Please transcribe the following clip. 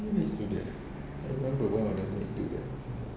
yulis do that can't remember lah that maid do that